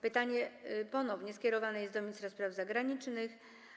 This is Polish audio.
Pytanie ponownie skierowane jest do ministra spraw zagranicznych.